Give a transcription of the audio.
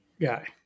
guy